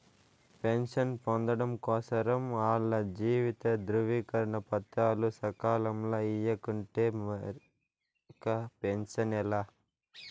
pension పొందడం కోసరం ఆల్ల జీవిత ధృవీకరన పత్రాలు సకాలంల ఇయ్యకుంటే మరిక పెన్సనే లా